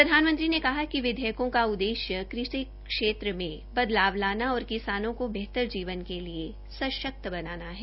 प्रधानमंत्री ने कहा कि विधेयकों का उद्देश्य कृषि क्षेत्र मे बदलाव लाना और किसानों को बेहतर जीवन के लिए सशक्त बनाना है